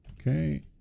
okay